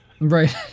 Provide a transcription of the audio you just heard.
Right